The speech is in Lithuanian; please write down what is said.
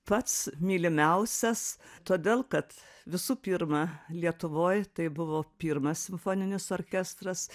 pats mylimiausias todėl kad visų pirma lietuvoj tai buvo pirmas simfoninis orkestras